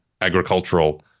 agricultural